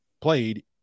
played